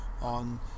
on